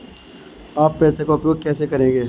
आप पैसे का उपयोग कैसे करेंगे?